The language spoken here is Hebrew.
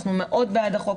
אנחנו מאוד בעד החוק,